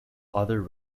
other